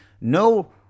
no